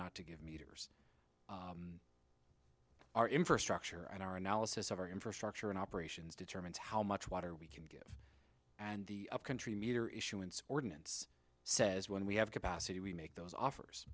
not to give me our infrastructure and our analysis of our infrastructure and operations determines how much water we can get and the upcountry meter issuance ordinance says when we have capacity we make those offers